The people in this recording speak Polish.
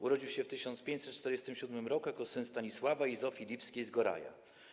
Urodził się w 1547 r. jako syn Stanisława i Zofii Lipskiej z Goraja.